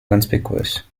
conspicuous